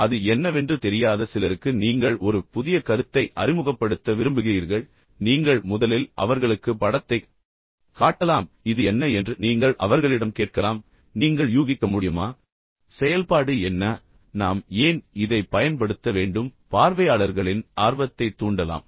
எனவே அது என்னவென்று தெரியாத சிலருக்கு நீங்கள் ஒரு புதிய கருத்தை அறிமுகப்படுத்த விரும்புகிறீர்கள் எனவே நீங்கள் முதலில் அவர்களுக்கு படத்தைக் காட்டலாம் இது என்ன என்று நீங்கள் அவர்களிடம் கேட்கலாம் நீங்கள் யூகிக்க முடியுமா செயல்பாடு என்ன நாம் ஏன் இதைப் பயன்படுத்த வேண்டும் பார்வையாளர்களின் ஆர்வத்தைத் தூண்டலாம்